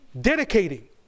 Dedicating